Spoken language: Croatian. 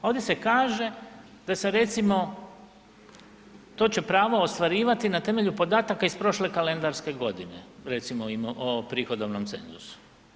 Ovdje se kaže da se recimo, to će pravo ostvarivati na temelju podataka iz prošle kalendarske godine, recimo o prihodovnom cenzusu.